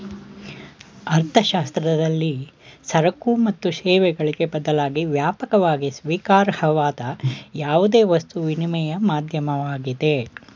ಅರ್ಥಶಾಸ್ತ್ರದಲ್ಲಿ ಸರಕು ಮತ್ತು ಸೇವೆಗಳಿಗೆ ಬದಲಾಗಿ ವ್ಯಾಪಕವಾಗಿ ಸ್ವೀಕಾರಾರ್ಹವಾದ ಯಾವುದೇ ವಸ್ತು ವಿನಿಮಯ ಮಾಧ್ಯಮವಾಗಿದೆ